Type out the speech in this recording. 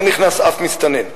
לא נכנס אף מסתנן.